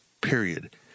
Period